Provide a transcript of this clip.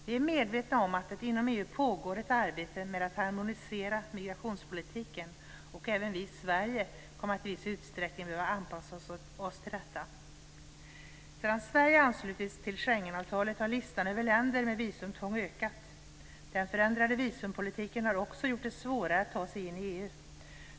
Vi är medvetna om att det inom EU pågår ett arbete med att harmonisera migrationspolitiken, och även vi i Sverige kommer att i viss utsträckning behöva anpassa oss till detta. Sedan Sverige anslutits till Schengenavtalet har listan över länder med visumtvång ökat. Den förändrade visumpolitiken har också gjort det svårare att ta sig in i EU.